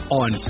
on